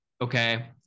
okay